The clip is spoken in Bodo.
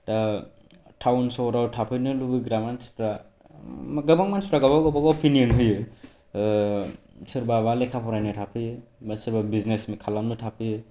दा टाउन शहराव थाफैनो लुबैग्रा मानसिफ्रा गोबां मानसिफ्रा गाबागाव गाबागाव अपिनियन होयो सोरबाबा लेखा फरायनो थाफैयो बा सोरबा बिजनेस खालामनो थाफैयो